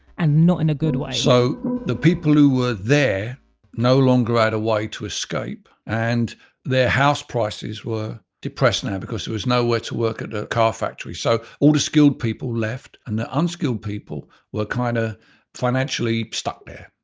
and not in a good way so the people who were there no longer had a way to escape. and their house prices were depressed now because there was nowhere to work at the ah car factory so all the skilled people all left and the unskilled people were kind of financially stuck there.